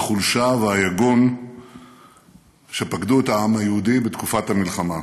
החולשה והיגון שפקדו את העם היהודי בתקופת המלחמה.